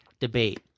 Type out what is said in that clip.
debate